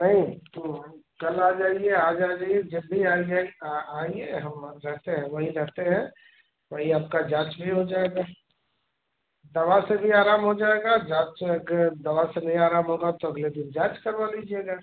नहीं तो कल आ जाइए आज आ जाइए जल्दी आइए हम रहते है वहीं रहते हैं वहीं आपका जाँच भी हो जाएगा दवा से भी आराम हो जाएगा जाँच से अगर दवा से नहीं आराम होगा तो अगले दिन जाँच करवा लीजिएगा